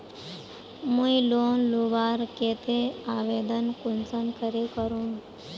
मुई लोन लुबार केते आवेदन कुंसम करे करूम?